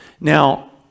Now